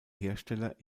hersteller